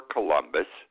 Columbus